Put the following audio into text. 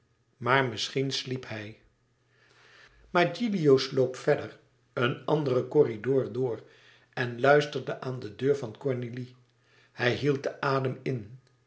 maar misschien sliep hij maar gilio sloop verder een anderen corridor door en luisterde aan de deur van cornélie hij hield den adem in